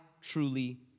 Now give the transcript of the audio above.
truly